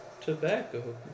tobacco